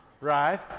Right